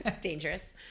Dangerous